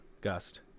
Gust